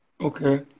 okay